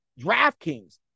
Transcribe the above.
DraftKings